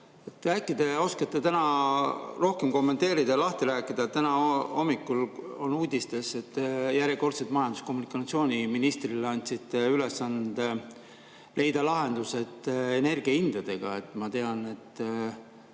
Äkki te oskate täna rohkem kommenteerida, lahti rääkida. Täna hommikul oli uudistes, et järjekordselt majandus- ja kommunikatsiooniministrile andsite ülesande leida lahendused energiahindadega. Ma tean, et